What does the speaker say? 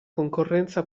concorrenza